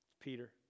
Peter